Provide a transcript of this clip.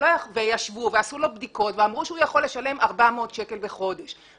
ישבו ועשו לו בדיקות ואמרו שהוא יכול לשלם 400 שקל בחודש,